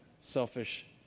selfish